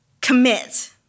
Commit